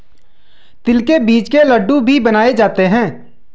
तिल के बीज के लड्डू भी बनाए जाते हैं